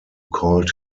called